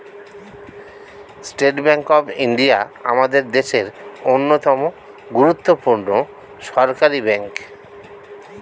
state bank of India আমাদের দেশের অন্যতম গুরুত্বপূর্ণ সরকারি ব্যাঙ্ক